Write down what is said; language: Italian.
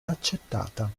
accettata